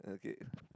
okay